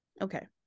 okay